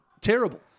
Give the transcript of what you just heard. Terrible